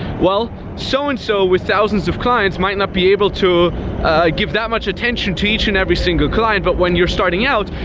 well, so and so with thousands of clients might not be able to give that much attention to each and every single client. but when you're starting out,